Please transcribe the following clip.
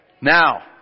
Now